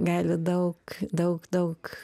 gali daug daug daug